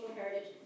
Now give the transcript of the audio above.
heritage